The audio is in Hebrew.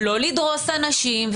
לא לדרוס אנשים.